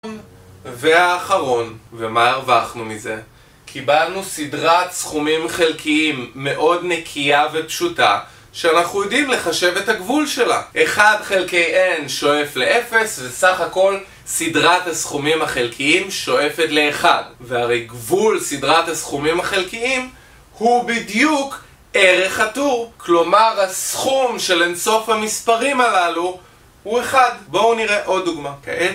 והאחרון, ומה הרווחנו מזה? קיבלנו סדרת סכומים חלקיים מאוד נקייה ופשוטה שאנחנו יודעים לחשב את הגבול שלה 1 חלקי n שואף ל-0 וסך הכל סדרת הסכומים החלקיים שואפת ל-1 והרי גבול סדרת הסכומים החלקיים הוא בדיוק ערך הטור כלומר הסכום של אינסוף המספרים הללו הוא 1 בואו נראה עוד דוגמא